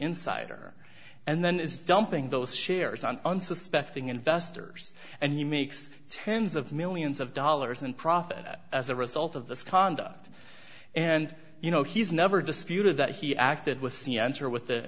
insider and then is dumping those shares on unsuspecting investors and he makes tens of millions of dollars in profit as a result of this conduct and you know he's never disputed that he acted with c enter with the